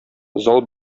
зал